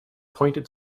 pointed